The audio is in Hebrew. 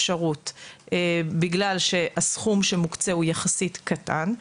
בגלל שהסכום שמוקצה הוא יחסית קטן,